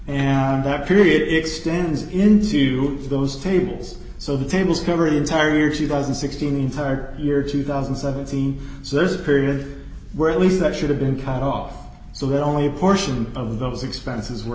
and that period extends into those tables so the tables cover the entire year she doesn't sixteen the entire year two thousand and seventeen so there's a period where at least that should have been cut off so that only a portion of those expenses were